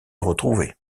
retrouvés